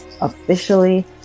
officially